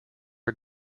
are